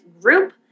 group